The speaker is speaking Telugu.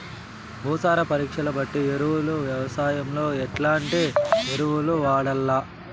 భూసార పరీక్ష బట్టి ఎరువులు వ్యవసాయంలో ఎట్లాంటి ఎరువులు వాడల్ల?